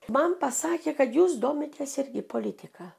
man pasakė kad jūs domitės irgi politika